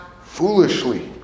foolishly